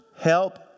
Help